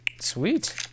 Sweet